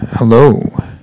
Hello